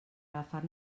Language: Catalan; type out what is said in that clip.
agafar